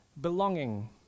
belonging